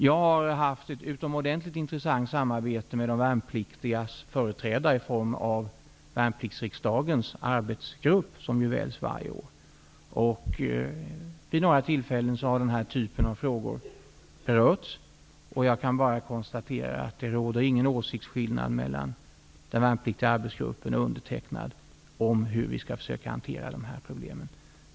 Jag har haft ett utomordentligt intressant samarbete med de värnpliktigas företrädare i form av värnpliktsriksdagens arbetsgrupp som väljs varje år. Vid några tillfällen har den här typen av frågor berörts. Jag kan bara konstatera att det inte råder någon åsiktsskillnad mellan den värnpliktiga arbetsgruppen och mig om hur vi skall försöka hantera dessa problem.